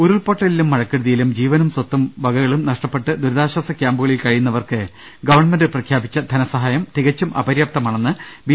ഉരുൾപ്പൊട്ടലിലും മഴകെടുതിയിലും ജീവനും സ്വത്ത് വകകളും നഷ്ടപ്പെട്ട് ദുരിതാശ്ചാസം ക്യാംപുകളിൽ കഴിയുന്നവർക്ക് ഗവൺമെന്റ് പ്രഖ്യാപിച്ച് ധന സഹായം തികച്ചും അപര്യാപ്തമാണെന്ന് ബി